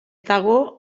dago